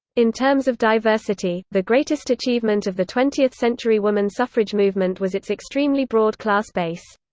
in terms of diversity, the greatest achievement of the twentieth-century woman suffrage movement was its extremely broad class base.